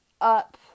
up